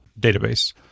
database